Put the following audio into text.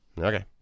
Okay